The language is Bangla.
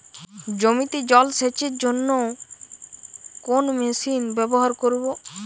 জমিতে জল সেচের জন্য কোন মেশিন ব্যবহার করব?